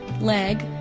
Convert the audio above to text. Leg